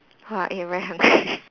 !wah! eh I very hungry